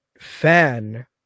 fan